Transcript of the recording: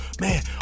man